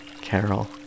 Carol